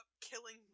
killing